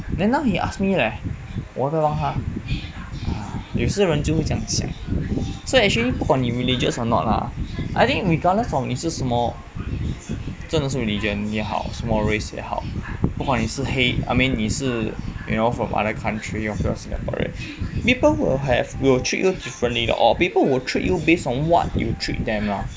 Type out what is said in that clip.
then now he ask me leh 我要不要帮他 ah 有些人就会这样想 so actually 不管你 religious or not ah I think regardless of 你是什么真的是 religion 也好什么 race 也好不管你是黑 I mean 你是 you know from other country or if you're singaporean people will have will treat you differently or people will treat you base on what you treat them lah